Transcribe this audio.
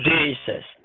Jesus